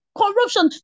corruption